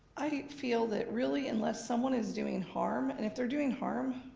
i feel that really unless someone is doing harm, and if they're doing harm,